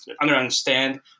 understand